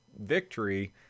victory